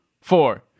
four